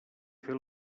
fer